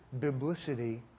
biblicity